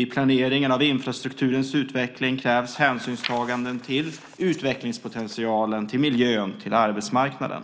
I planeringen av infrastrukturens utveckling krävs hänsynstaganden till utvecklingspotentialen, till miljön och till arbetsmarknaden.